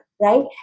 right